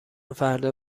فردا